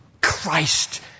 Christ